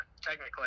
technically